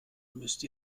müsst